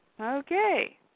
Okay